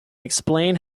explain